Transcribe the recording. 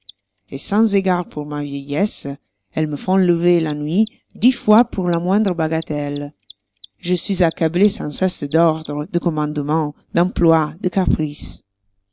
et sans égard pour ma vieillesse elles me font lever la nuit dix fois pour la moindre bagatelle je suis accablé sans cesse d'ordres de commandements d'emplois de caprices